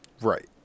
Right